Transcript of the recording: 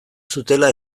zutela